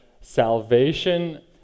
salvation